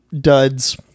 duds